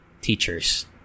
teachers